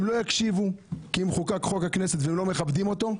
הם לא יקשיבו כי אם חוקק חוק הכנסת והם לא מכבדים אותו,